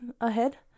ahead